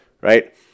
right